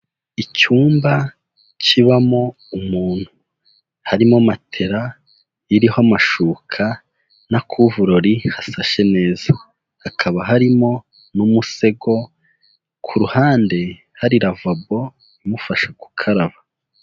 Icyumba kibamo umuntu harimo matera iriho amashuka na kuvurori hasashe neza, hakaba harimo n'umusego ku ruhande hari ravabo imufasha gukaraba.